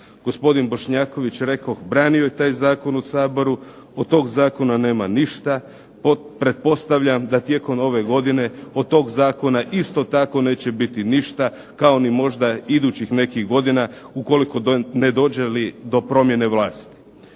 Gospodin Bošnjaković, rekoh, branio je taj zakon u Saboru, od tog zakona nema ništa. pretpostavljam da tijekom ove godine od tog zakona isto tako neće biti ništa, kao ni možda idućih nekih godina ne dođe li do promjene vlasti.